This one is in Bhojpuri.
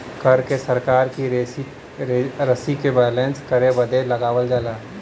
कर के सरकार की रशी के बैलेन्स करे बदे लगावल जाला